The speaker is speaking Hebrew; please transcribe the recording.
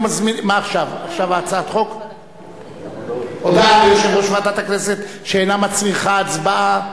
הודעה ליושב-ראש ועדת הכנסת שאינה מצריכה הצבעה.